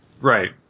Right